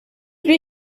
lui